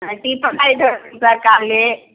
tea bonda இது இருக்குதுங்க sir காலையில்